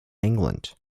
england